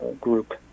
group